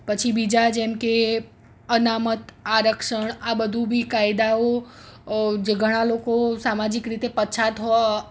પછી બીજા જેમ કે અનામત આરક્ષણ આ બધુ બી કાયદાઓ જ ઘણા લોકો સામાજિક રીતે પછાત હો